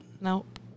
Nope